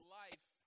life